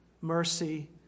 mercy